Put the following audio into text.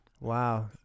Wow